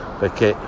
perché